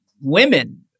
women